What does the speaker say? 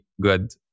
good